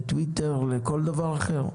לטוויטר, לכל דבר אחר.